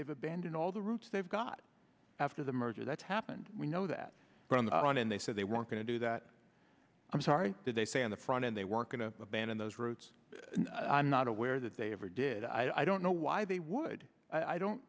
they've abandoned all the routes they've got after the merger that's happened we know that but on the run and they said they weren't going to do that i'm sorry did they say on the front end they weren't going to abandon those routes i'm not aware that they ever did i don't know why they would i don't